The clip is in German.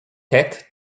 ted